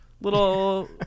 Little